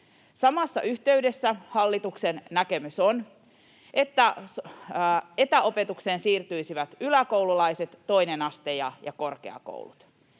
Samassa yhteydessä hallituksen näkemys on, että etäopetukseen siirtyisivät yläkoululaiset, toinen aste ja korkeakoulut.